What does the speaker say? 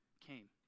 came